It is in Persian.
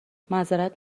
معذرت